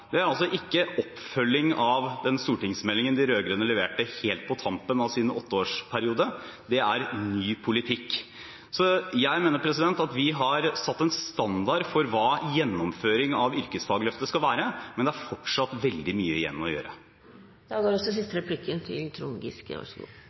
er altså ikke oppfølging av stortingsmeldingen som de rød-grønne leverte helt på tampen av sin åtteårsperiode, det er ny politikk. Jeg mener vi har satt en standard for hva gjennomføring av yrkesfagløftet skal være, men det er fortsatt veldig mye igjen å gjøre. Jeg skal gi ros til